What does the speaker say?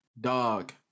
dog